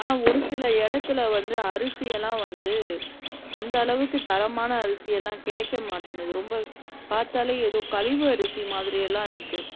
ஆனால் ஒரு சில இடத்துல வந்து அரிசியெல்லாம் வந்து அந்த அளவுக்கு தரமான அரிசியெல்லாம் கிடைக்க மாட்டேன்னுது ரொம்ப பார்த்தாலே ஏதோ கழிவு அரிசி மாதிரியெல்லாம் இருக்குது